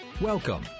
Welcome